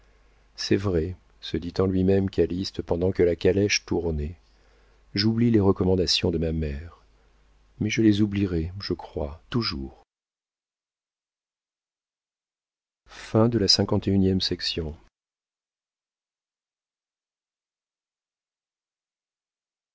c'est vrai se dit en lui-même calyste pendant que la calèche tournait j'oublie les recommandations de ma mère mais je les oublierai je crois toujours